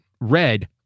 red